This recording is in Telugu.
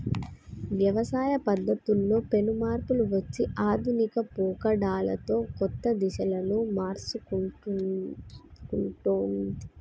వ్యవసాయ పద్ధతుల్లో పెను మార్పులు వచ్చి ఆధునిక పోకడలతో కొత్త దిశలను మర్సుకుంటొన్ది